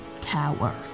tower